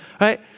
right